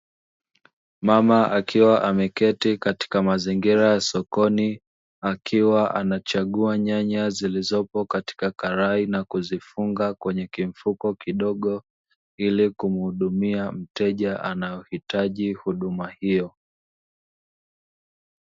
Mama akiwa ameketi katika mazingira ya sokoni, akiwa anachagua nyanya zilizopo katika karai na kuzifunga kwenye kimfuko kidogo, ili kumuhudumia mteja anayehitaji huduma hiyo.